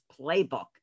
Playbook